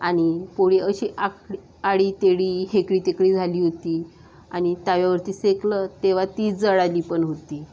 आणि पोळी अशी वाकडी आडी तेडी हेकडी तेकडी झाली होती आणि तव्यावरती शेकलं तेव्हा ती जळाली पण होती